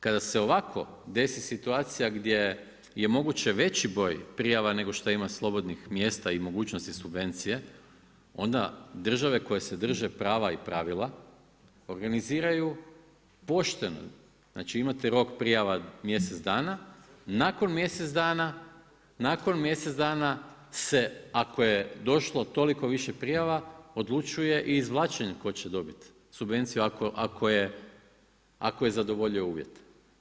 Kada se ovako desi situacija gdje je moguće veći broj prijava nego što ima slobodnih mjesta i mogućnosti subvencije, onda države koje se drže prava i pravila, organiziraju poštenu, znači imate rok prijava mjesec dana, nakon mjesec dana se ako je došlo toliko više prijava odlučuje i izvlačenje tko će dobiti subvenciju ako je zadovoljio uvijete.